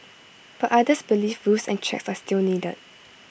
but others believe rules and checks are still needed